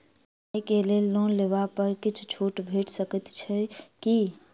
पढ़ाई केँ लेल लोन लेबऽ पर किछ छुट भैट सकैत अछि की?